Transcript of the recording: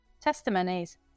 testimonies